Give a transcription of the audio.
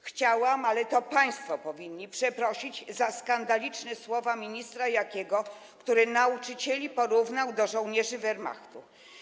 Chciałabym, ale to państwo powinni przeprosić za skandaliczne słowa ministra Jakiego, który nauczycieli porównał do żołnierzy Wehrmachtu.